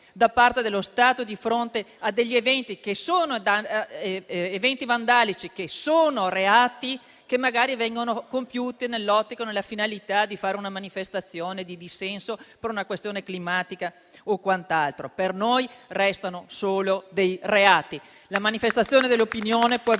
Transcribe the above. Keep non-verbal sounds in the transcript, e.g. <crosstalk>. da parte dello Stato di fronte a eventi vandalici, che sono reati e magari vengono compiuti con la finalità di svolgere una manifestazione di dissenso per una questione climatica o quant'altro. Per noi restano solo reati. <applause> La manifestazione dell'opinione può avvenire